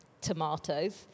tomatoes